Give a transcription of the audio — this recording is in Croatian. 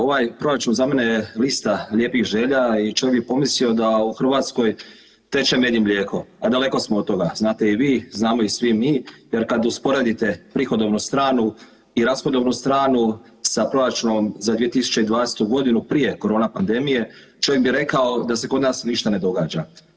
Ovaj proračun za mene je lista lijepih želja i čovjek bi pomislio da u Hrvatskoj teče med i mlijeko, a daleko smo od toga, znate i vi, znamo i svi mi jer kad usporedite prihodovnu stranu i rashodovnu stranu sa proračunom za 2020. godinu prije korona pandemije čovjek bi rekao da se kod nas ništa ne događa.